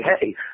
hey